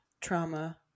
trauma